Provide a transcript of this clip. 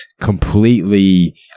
completely